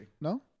No